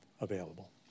available